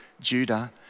Judah